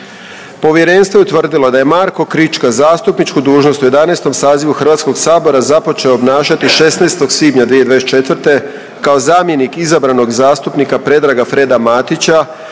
Povjerenstvo je utvrdilo da je Marko Krička zastupničku dužnost u 11. sazivu Hrvatskog sabora započeo obnašati 16. svibnja 2024. kao zamjenik izabranog zastupnika Predraga Freda Matića